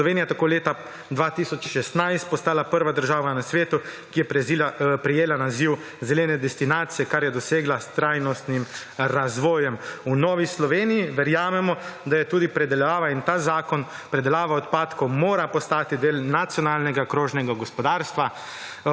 Slovenija je tako leta 2016 je postala prva država na svetu, ki je prejela naziv zelene destinacije, kar je dosegla s trajnostnim razvojem. V Novi Sloveniji verjamemo, da predelava odpadkov mora postati del nacionalnega krožnega gospodarstva,